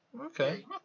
Okay